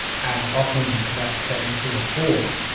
and often that came to the fore.